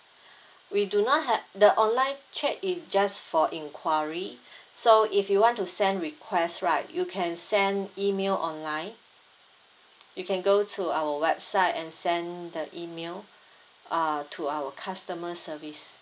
we do not ha~ the online chat is just for inquiry so if you want to send request right you can send email online you can go to our website and send the email uh to our customer service